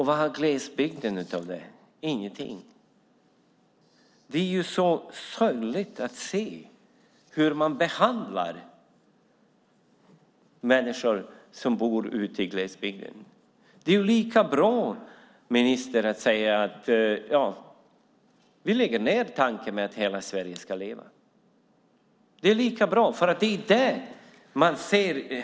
Vad har glesbygden av det? Ingenting! Det är sorgligt att se hur man behandlar människor som bor ute i glesbygden. Det är lika bra, ministern, att säga att vi lägger ned tanken med att hela Sverige ska leva, för det är det man ser i interpellationssvaret.